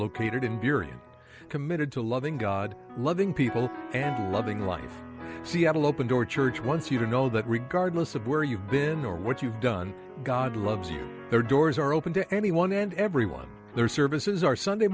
located in during committed to loving god loving people and loving one seattle open door church once you know that regardless of where you've been or what you've done god loves you there doors are open to anyone and everyone their services are sunday